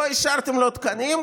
לא השארתם לו תקנים,